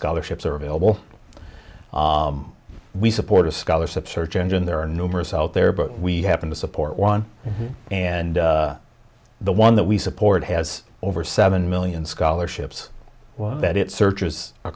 scholarships are available we support a scholarship search engine there are numerous out there but we happen to support one and the one that we support has over seven million scholarships that it sear